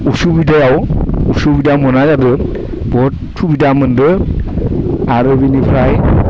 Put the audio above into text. उसुबिदायाव उसुबिदा मोनाबाबो बहत सुबिदा मोन्दो आरो बेनिफ्राय